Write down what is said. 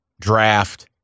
draft